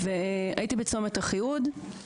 הייתי בצומת אחיהוד,